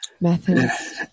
Methodist